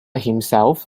himself